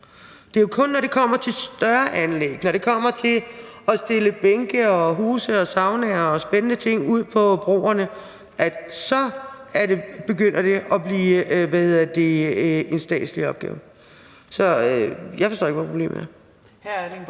Det er jo kun, når det kommer til større anlæg, når det kommer til at stille bænke, huse, saunaer og andre spændende ting ud på at broerne, at det begynder at blive en statslig opgave. Så jeg forstår ikke, hvad problemet er.